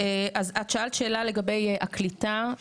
אז את שאלת שאלה לגבי הקליטה,